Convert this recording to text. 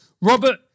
Robert